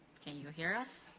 can you hear us?